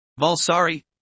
Valsari